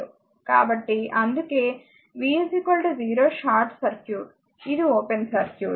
కాబట్టి అందుకే v 0 short circuit ఇది ఓపెన్ సర్క్యూట్